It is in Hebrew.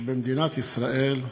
שבמדינת ישראל,